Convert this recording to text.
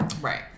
Right